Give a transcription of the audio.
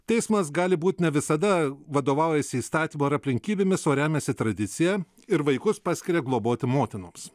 teismas gali būt ne visada vadovaujasi įstatymu ar aplinkybėmis o remiasi tradicija ir vaikus paskiria globoti motinoms